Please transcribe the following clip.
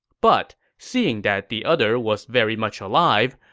but seeing that the other was very much alive,